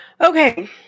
Okay